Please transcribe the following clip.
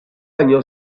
año